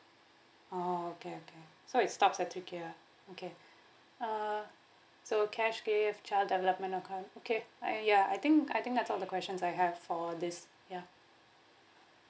oh okay okay so it stops at three K lah okay uh so cash gift child development account okay I ya I think I think that's all the questions I have for this ya